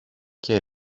και